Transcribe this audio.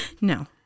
No